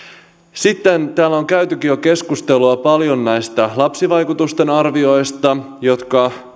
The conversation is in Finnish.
sitten täällä on käytykin jo keskustelua paljon näistä lapsivaikutusten arvioista jotka